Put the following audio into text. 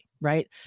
right